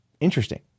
interesting